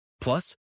Plus